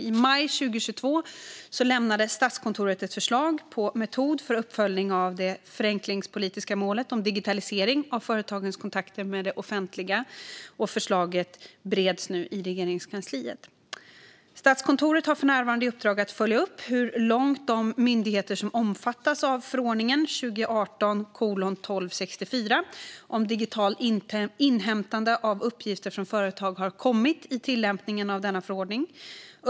I maj 2022 lämnade Statskontoret ett förslag på metod för uppföljning av det förenklingspolitiska målet om digitalisering av företagens kontakter med det offentliga. Förslaget bereds nu i Regeringskansliet. Statskontoret har för närvarande i uppdrag att följa upp hur långt de myndigheter som omfattas av förordningen om digitalt inhämtande av uppgifter från företag har kommit i tillämpningen av denna förordning.